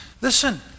Listen